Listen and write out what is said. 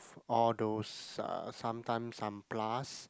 all those uh sometimes some plus